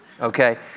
okay